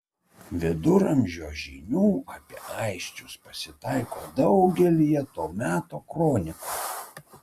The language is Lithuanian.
viduramžio žinių apie aisčius pasitaiko daugelyje to meto kronikų